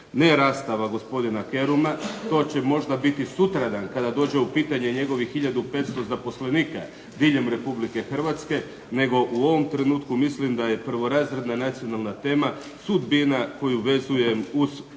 Ne rastava gospodina Keruma, to će možda biti sutradan kada dođe u pitanje njegovih 1500 zaposlenika, diljem Republike Hrvatske, nego u ovom trenutku mislim da je prvorazredna nacionalna tema sudbina koju vezujem uz poslovanje